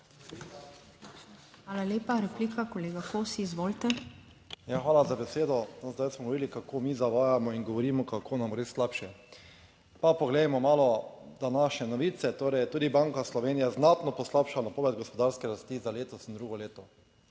Hvala lepa. Replika, kolega Kosi. Izvolite. **ANDREJ KOSI (PS SDS):** Ja, hvala za besedo. Zdaj smo videli, kako mi zavajamo in govorimo, kako nam res slabše, Pa poglejmo malo današnje novice. Torej, tudi Banka Slovenije znatno poslabša napoved gospodarske rasti za letos in drugo leto,